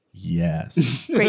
Yes